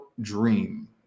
dream